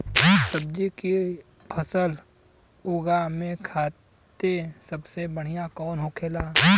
सब्जी की फसल उगा में खाते सबसे बढ़ियां कौन होखेला?